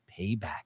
payback